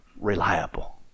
reliable